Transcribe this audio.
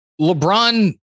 LeBron